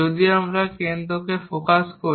যদি আমরা এটিকে কেন্দ্র করে ফোকাস করি